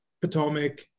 potomac